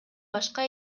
башка